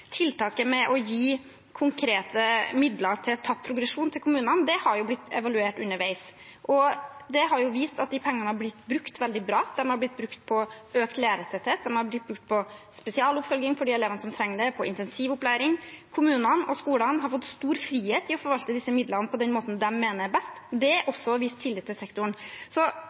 Tiltaket med å gi konkrete midler til tapt progresjon til kommunene har blitt evaluert underveis, og det har vist at de pengene har blitt brukt veldig bra. De har blitt brukt på økt lærertetthet, de har blitt brukt på spesialoppfølging for de elevene som trenger det, og på intensivopplæring. Kommunene og skolene har fått stor frihet til å forvalte disse midlene på den måten de mener er best. Det er også å vise tillit til sektoren. Så